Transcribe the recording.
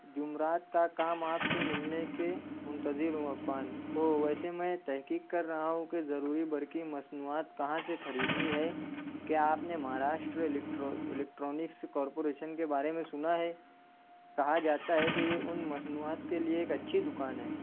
جمعرات کا کام آپ سے ملنے کے منتظر ہوں عفان اوہ ویسے میں تحقیق کر رہا ہوں کہ ضروری برقی مصنوعات کہاں سے خریدنی ہے کیا آپ نے مہاراشٹرا الیکٹرو الیکٹرانکس کارپوریشن کے بارے میں سنا ہے کہا جاتا ہے کہ یہ ان مصنوعات کے لیے ایک اچھی دوکان ہے